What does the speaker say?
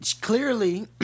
clearly